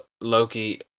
Loki